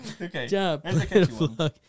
Okay